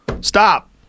Stop